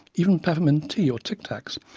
even peppermint tea or tic-tacs,